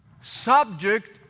subject